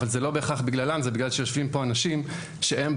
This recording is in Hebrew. אבל זה לא בהכרח בגללם; זה בגלל שיושבים פה אנשים שמפעילים לחצים,